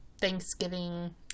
Thanksgiving